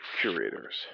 curators